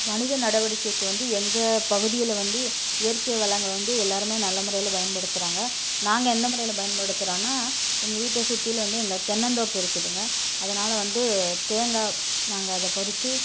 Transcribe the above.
வணிக நடவடிக்கைக்கு வந்து எங்கள் பகுதிகளில் வந்து இயற்கை வளங்கள் வந்து எல்லாேருமே நல்ல முறையில் பயன்படுத்துகிறாங்க நாங்கள் என்ன முறையில் பயன்படுத்துகிறோன்னா எங்கள் வீட்டை சுற்றில வந்து எங்கள் தென்னந்தோப்பு இருக்குதுங்க அதனால வந்து தேங்காய் நாங்கள் அதை பறித்து